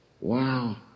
wow